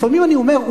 לפעמים אני אומר,